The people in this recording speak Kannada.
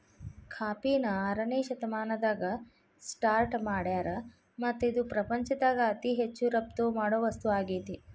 ಕಾಫಿನ ಆರನೇ ಶತಮಾನದಾಗ ಸ್ಟಾರ್ಟ್ ಮಾಡ್ಯಾರ್ ಮತ್ತ ಇದು ಪ್ರಪಂಚದಾಗ ಅತಿ ಹೆಚ್ಚು ರಫ್ತು ಮಾಡೋ ವಸ್ತು ಆಗೇತಿ